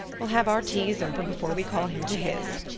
we'll have our teas over before we call him to his.